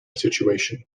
situation